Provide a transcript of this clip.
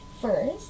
First